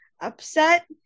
upset